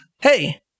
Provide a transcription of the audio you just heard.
hey